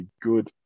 good